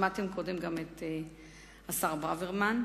שמעתם קודם את השר ברוורמן,